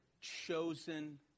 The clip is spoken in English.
Chosen